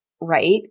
Right